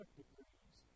degrees